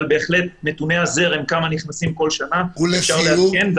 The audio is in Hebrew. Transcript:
את נתוני הזרם כמה נכנסים כל שנה אפשר לעדכן,